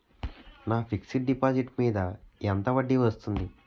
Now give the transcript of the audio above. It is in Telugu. నా ఫిక్సడ్ డిపాజిట్ మీద ఎంత వడ్డీ వస్తుంది?